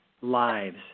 lives